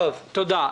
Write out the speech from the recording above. תודה.